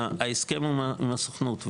ההסכם הוא עם הסוכנות,